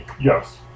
Yes